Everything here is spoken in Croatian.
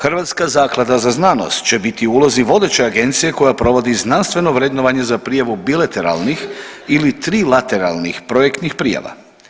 Hrvatska zaklada za znanost će biti u ulozi vodeće agencije koja provodi znanstveno vrednovanje za prijavu bilateralnih ili trilateralnih projektnih prijava.